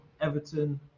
Everton